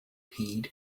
heed